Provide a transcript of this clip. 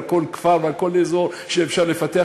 על כל כפר ועל אזור שאפשר לפתח,